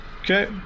Okay